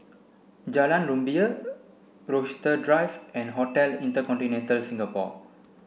Jalan Rumbia Rochester Drive and Hotel InterContinental Singapore